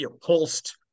pulsed